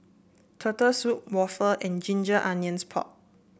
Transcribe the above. Turtle Soup waffle and Ginger Onions Pork